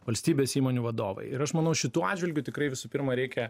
valstybės įmonių vadovai ir aš manau šituo atžvilgiu tikrai visų pirma reikia